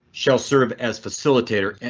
shall serve as facilitator. and